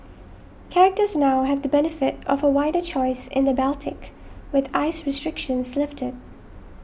charterers now have the benefit of a wider choice in the Baltic with ice restrictions lifted